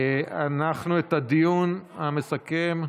אנחנו את הדיון המסכם,